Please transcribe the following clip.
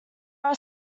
are